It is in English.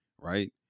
right